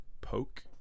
Poke